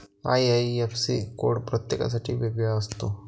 IIFC code प्रत्येकासाठी वेगळा असतो